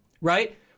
right